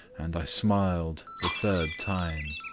and i smiled the third time.